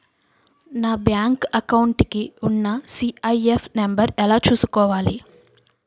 నా bank account కి ఉన్న సి.ఐ.ఎఫ్ నంబర్ ఎలా చూసుకోవాలి?